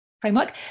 Framework